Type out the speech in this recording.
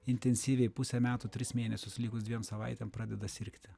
intensyviai pusę metų tris mėnesius likus dviem savaitėm pradeda sirgti